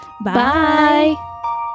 Bye